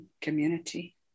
community